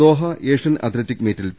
Doha Asian athletic മീറ്റിൽ P